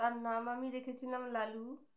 তার নাম আমি রেখেছিলাম লালু